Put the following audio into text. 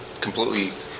completely